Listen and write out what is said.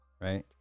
right